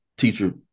teacher